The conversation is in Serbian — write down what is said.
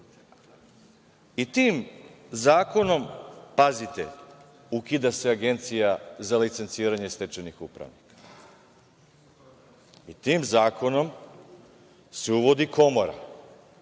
i tim zakonom, pazite, ukida se Agencija za licenciranje stečajnih upravnika, i tim zakonom se uvodi Komora,